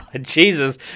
Jesus